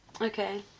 Okay